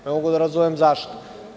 Ne mogu da razumem zašto?